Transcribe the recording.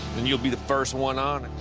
and you'll be the first one on